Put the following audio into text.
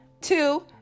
two